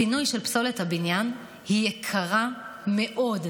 הפינוי של פסולת הבניין יקר מאוד,